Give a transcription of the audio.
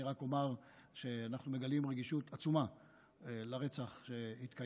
אני רק אומר שאנחנו מגלים רגישות עצומה לרצח שהתקיים,